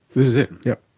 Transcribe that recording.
this is it? yep.